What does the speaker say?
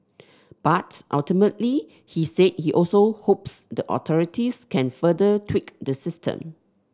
but ultimately he said he also hopes the authorities can further tweak the system